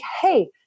hey